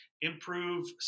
improve